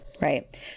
Right